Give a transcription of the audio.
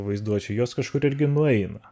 vaizduočių juos kažkur irgi nueina